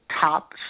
top